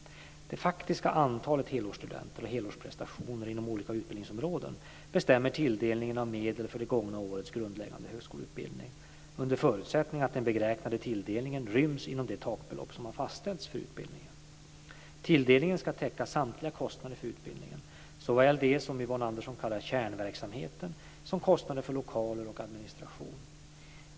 Det faktiska antalet helårsstudenter och helårsprestationer inom olika utbildningsområden bestämmer tilldelningen av medel för det gångna årets grundläggande högskoleutbildning - under förutsättning att den beräknade tilldelningen ryms inom det takbelopp som har fastställts för utbildningen. Tilldelningen ska täcka samtliga kostnader för utbildningen, såväl det som Yvonne Andersson kallar kärnverksamheten som kostnader för lokaler och administration.